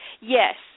Yes